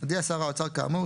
הודיע שר האוצר כאמור,